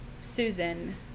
Susan